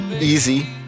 easy